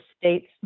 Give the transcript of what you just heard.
states